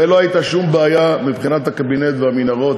ולא הייתה שום בעיה מבחינת הקבינט והמנהרות,